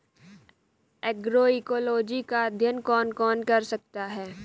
Agroecology का अध्ययन कौन कौन कर सकता है?